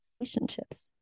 relationships